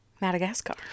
Madagascar